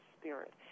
spirit